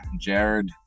Jared